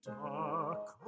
dark